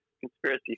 conspiracy